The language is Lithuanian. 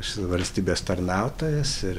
aš esu valstybės tarnautojas ir